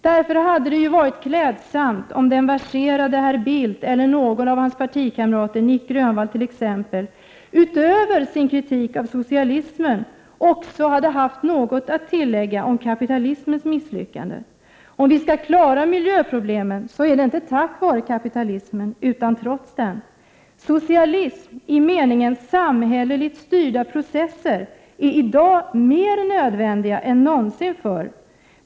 Därför hade det varit klädsamt, om den verserade herr Bildt eller någon av hans partikamrater, Nic Grönvall t.ex., utöver sin kritik av socialismen också hade haft något att tillägga om kapitalismens misslyckande. Om vi skall klara miljöproblemen så är det inte tack vare kapitalismen utan trots den. Socialism i meningen samhälleligt styrda processer är i dag mer nödvändig än någonsin förr.